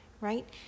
right